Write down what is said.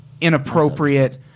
inappropriate